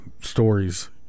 stories